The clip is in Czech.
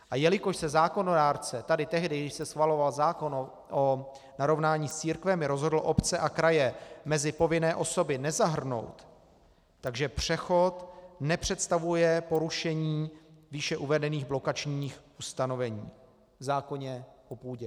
A jelikož se zákonodárce tady tehdy, když se schvaloval zákon o narovnání s církvemi, rozhodl obce a kraje mezi povinné osoby nezahrnout, přechod nepředstavuje porušení výše uvedených blokačních ustanovení v zákoně o půdě.